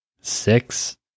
Six